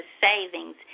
savings